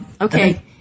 Okay